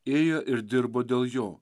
ėjo ir dirbo dėl jo